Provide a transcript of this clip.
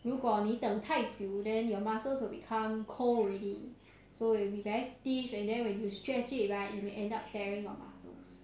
如果你等太久 then your muscles will become cold already so it'll be very stiff and then when you stretch it right it may end up tearing your muscles